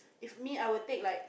if me I will take like